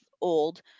old –